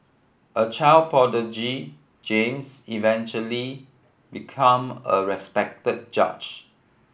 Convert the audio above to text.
a child prodigy James eventually become a respected judge